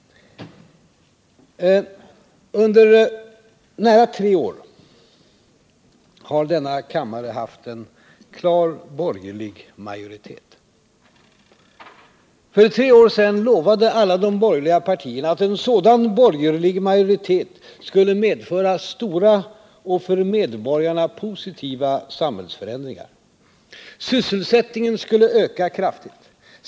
Under nära tre år har denna kammare haft en klar borgerlig majoritet. För tre år sedan lovade alla de borgerliga partierna att en sådan borgerlig majoritet skulle medföra stora och för medborgarna positiva samhällsförändringar. Sysselsättningen skulle öka kraftigt.